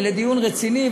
ולדיון רציני,